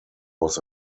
was